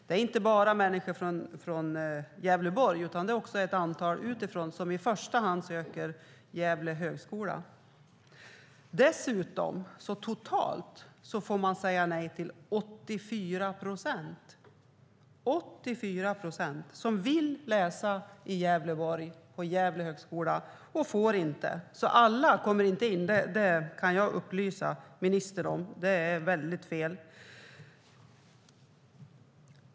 Det är inte bara människor från Gävleborg, utan det är även ett antal utifrån som i första hand söker till Högskolan i Gävle. Totalt får man säga nej till 84 procent av dem som vill läsa i Gävleborg på Högskolan i Gävle. Jag kan därför upplysa ministern om att alla inte kommer in. Det är fel.